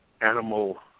animal